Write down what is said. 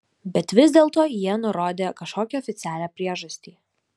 bet vis dėlto jie nurodė kažkokią oficialią priežastį